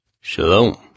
Shalom